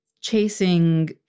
chasing